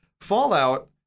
Fallout